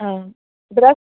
हा ब्रश